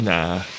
Nah